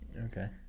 Okay